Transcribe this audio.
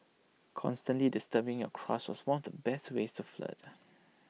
constantly disturbing your crush was one of the best ways to flirt